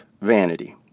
vanity